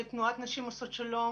כתנועת נשים עושות שלום,